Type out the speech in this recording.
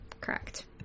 Correct